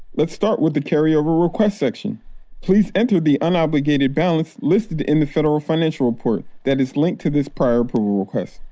let's start with the carryover request section please enter the unobligated balance listed in the federal financial report that is linked to this prior approval request.